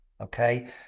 Okay